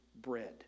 bread